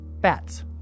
bats